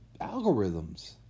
algorithms